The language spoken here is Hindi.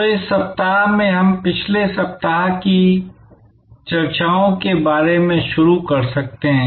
तो इस सप्ताह में हम पहले पिछले सप्ताह की चर्चाओं के बारे में शुरू कर सकते हैं